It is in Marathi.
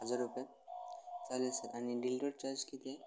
हजार रुपये चालेल सर आणि डिलिवरी चार्ज किती आहे